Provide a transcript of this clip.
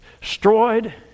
destroyed